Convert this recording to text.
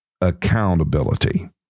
accountability